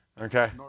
okay